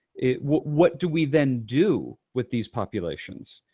what what do we then do with these populations?